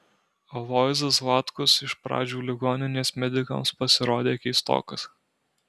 aloyzas zlatkus iš pradžių ligoninės medikams pasirodė keistokas